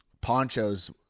Ponchos